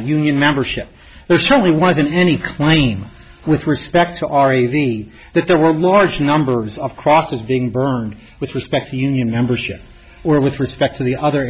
union membership those totally wasn't any claim with respect to our easy that there were large numbers of crosses being burned with respect to union membership or with respect to the other